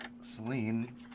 Celine